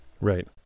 Right